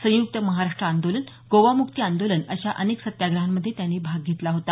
संयुक्त महाराष्ट्र आंदोलन गोवामुक्ती आंदोलन अशा अनेक सत्याग्रहांमध्ये त्यांनी भाग घेतला होता